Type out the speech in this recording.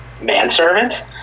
manservant